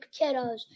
kiddos